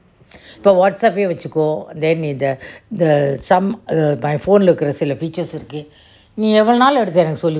இப்ப:ippe WhatsApp leh வசிக்கோ:vachikko then இந்த:intha some my phone leh இருக்கற செல:irukkara sela features இருக்குல வசிக்கோ நீ எவ்ளோ நாள் எடுத்து எனக்கு சொல்லி த:iruukula vachikko nee evlo naal eduthu enakku solli thara